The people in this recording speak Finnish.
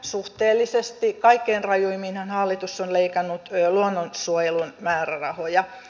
kaikkein rajuimminhan hallitus on leikannut luonnonsuojelun määrärahoja